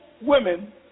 women